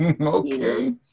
Okay